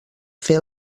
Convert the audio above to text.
fer